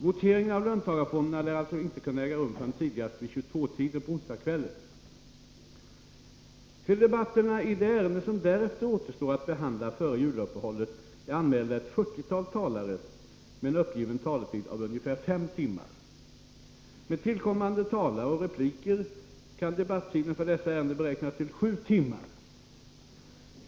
Voteringen om löntagarfonderna lär alltså inte kunna äga rum förrän tidigast vid 22-tiden på onsdagskvällen. Till debatterna i de ärenden som därefter återstår att behandla före juluppehållet är anmälda ett 40-tal talare med en uppgiven taletid av ungefär 5 timmar. Med tillkommande talare och repliker kan debattiden för dessa ärenden beräknas till 7 timmar.